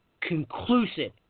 conclusive